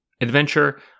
adventure